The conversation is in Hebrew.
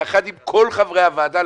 יחד עם כל חברי הוועדה,